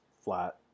flat